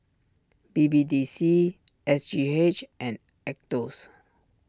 B B D C S G H and Aetos